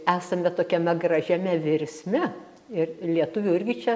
esame tokiame gražiame virsme ir lietuvių irgi čia